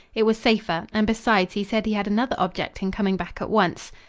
it was safer, and besides, he said he had another object in coming back at once.